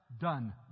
done